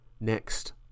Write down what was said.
Next